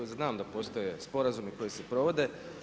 Znam da postoje sporazumi koji se provode.